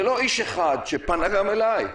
זה לא איש אחד, שפנה גם אליי,